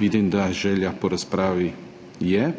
Vidim, da želja po razpravi je.